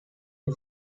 who